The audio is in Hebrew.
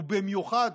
ובמיוחד